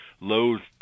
loathed